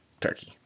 turkey